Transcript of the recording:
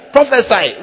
Prophesy